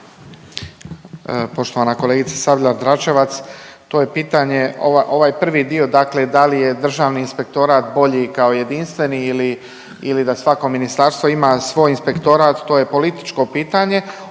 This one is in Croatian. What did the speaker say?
Poštovana kolegice Sabljar-Dračevac to je pitanje, ovaj prvi dio, dakle da li je Državni inspektorat bolji kao jedinstveni ili da svako ministarstvo ima svoj inspektorat to je političko pitanje.